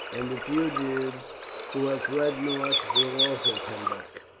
and the fugitives who have fled north will also come back